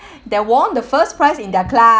they won the first prize in their class